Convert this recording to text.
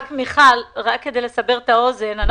רק כדי לסבר את האוזן,